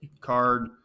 card